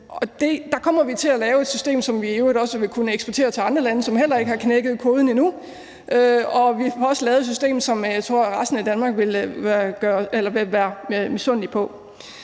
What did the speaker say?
der kommer vi til at lave et system, som vi i øvrigt også vil kunne eksportere til andre lande, som heller ikke har knækket koden endnu. Vi får også lavet et system, som jeg tror resten af verden vil være misundelig